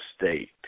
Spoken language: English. State